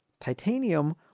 Titanium